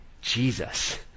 Jesus